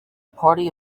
party